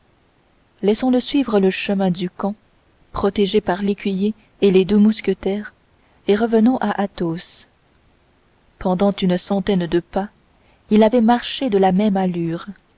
laissons-le suivre le chemin du camp protégé par l'écuyer et les deux mousquetaires et revenons à athos pendant une centaine de pas il avait marché de la même allure